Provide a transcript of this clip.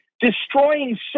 destroying